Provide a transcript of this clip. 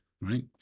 right